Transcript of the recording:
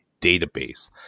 database